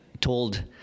told